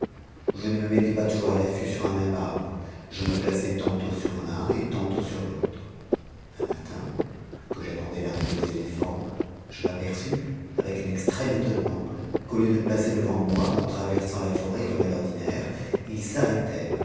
je ne me mettais pas toujours à a t sur un même arbre je me plaçais tantôt sur l'un et tantôt sur l'autre un matin que j'attendais l'arrivée des éléphants je m'aperçus avec un extrême étonnement qu'au lieu de passer devant moi en travermnt la forêt comme à l'ordinaire